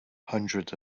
hundreds